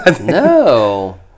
No